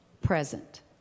present